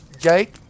Jake